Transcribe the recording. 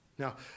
Now